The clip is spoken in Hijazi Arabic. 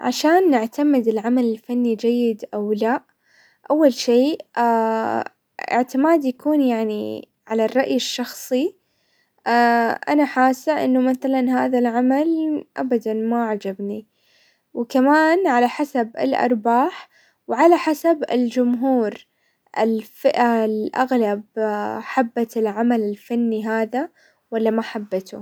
عشان نعتمد العمل الفني جيد او لا، اول شي اعتمادي يكون يعني على الرأي الشخصي. انا حاسة انه مثلا هذا العمل ابدا ما عجبني، وكمان على حسب الارباح، وعلى حسب الجمهور، الفئة الاغلب حبت العمل الفني هذا ولا ما حبته.